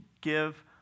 give